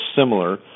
similar